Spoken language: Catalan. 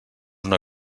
una